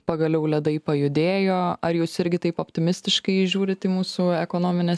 pagaliau ledai pajudėjo ar jūs irgi taip optimistiškai žiūrit į mūsų ekonominę